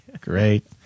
Great